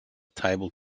table